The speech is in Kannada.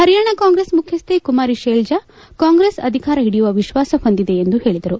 ಪರಿಯಾಣ ಕಾಂಗ್ರೆಸ್ ಮುಖ್ಯಸ್ಥೆ ಕುಮಾರಿ ಶೆಲ್ವಾ ಕಾಂಗ್ರೆಸ್ ಅಧಿಕಾರ ಹಿಡಿಯುವ ವಿಶ್ವಾಸ ಹೊಂದಿದೆ ಎಂದು ಹೇಳದರು